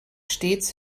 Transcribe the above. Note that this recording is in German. stets